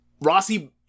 Rossi